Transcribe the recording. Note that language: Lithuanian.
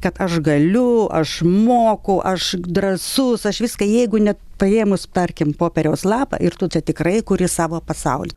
kad aš galiu aš moku aš drąsus aš viską jeigu ne paėmus tarkim popieriaus lapą ir tu čia tikrai kuris savo pasaulį